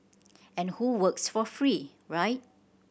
and who works for free right